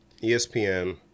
espn